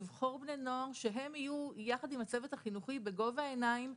לבחור בני נוער שיהיו יחד עם הצוות החינוכי בגובה העיניים,